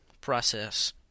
process